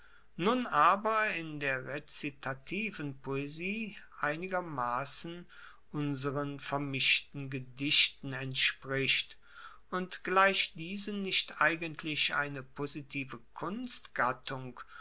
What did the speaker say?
nun aber in der rezitativen poesie einigermassen unseren vermischten gedichten entspricht und gleich diesen nicht eigentlich eine positive